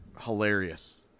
hilarious